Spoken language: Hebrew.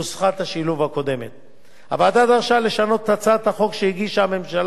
הוועדה דרשה לשנות את הצעת החוק שהגישה הממשלה בעניין שהיה